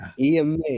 EMA